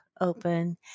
open